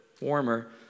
warmer